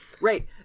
Right